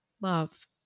love